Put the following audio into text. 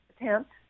attempt